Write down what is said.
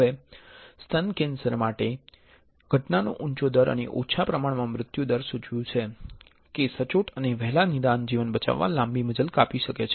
હવે સ્તન કેન્સર માટે ઘટનાનો ઉંચો દર અને ઓછા પ્રમાણમાં મૃત્યુ દર સૂચવ્યું છે કે સચોટ અને વહેલા નિદાન જીવન બચાવવામાં લાંબી મજલ કાપી શકે છે